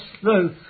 sloth